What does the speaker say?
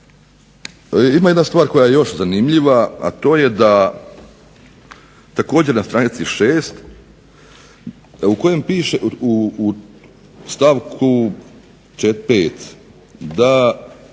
Ima jedna stvar koja je još zanimljiva, a to je da također na stranici 6. u stavku 5. da